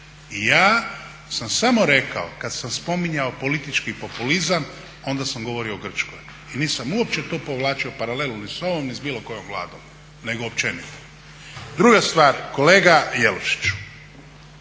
I ja sam samo rekao kad sam spominjao politički populizam onda sam govorio o Grčkoj. I nisam uopće to povlačio paralelu ni s ovom ni s bio kojom Vladom, nego općenito. Druga stvar, kolega Jelušiću